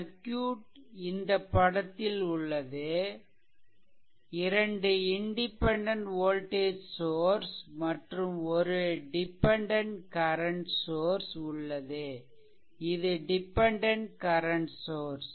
circuit இந்த படத்தில் உள்ளது 2 இன்டிபெண்டென்ட் வோல்டேஜ் சோர்ஸ் மற்றும் ஒரு டிபெண்டென்ட் கரன்ட் சோர்ஸ் உள்ளது இது டிபெண்டென்ட் கரன்ட் சோர்ஸ்